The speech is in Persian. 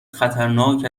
خطرناک